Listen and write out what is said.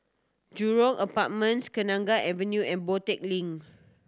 Jurong Apartments Kenanga Avenue and Boon Tat Link